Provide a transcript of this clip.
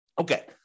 Okay